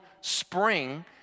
Spring